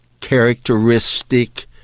characteristic